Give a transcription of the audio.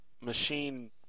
machine